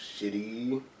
shitty